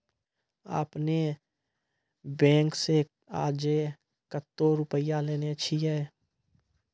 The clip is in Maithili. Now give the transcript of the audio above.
आपने ने बैंक से आजे कतो रुपिया लेने छियि?